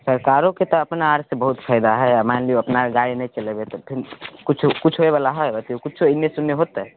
सरकारोकेँ तऽ अपना आओरसँ बहुत फायदा हइ आब मानि लिअ अपना गाड़ी नहि चलेबै तखन किछो किछो होयवला हइ बतैयौ किछो एन्नेसँ ओन्ने होतै